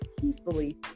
peacefully